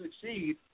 succeed